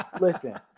Listen